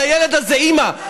יש לילד הזה אימא,